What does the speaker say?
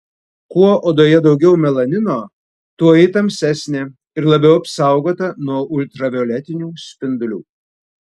kuo odoje daugiau melanino tuo ji tamsesnė ir labiau apsaugota nuo ultravioletinių spindulių